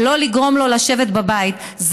ולא לגרום לו לשבת בבית.